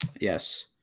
Yes